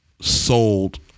sold